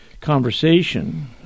conversation